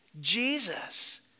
Jesus